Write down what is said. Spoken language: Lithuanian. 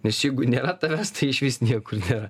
nes jeigu nėra tavęs tai išvis niekur nėra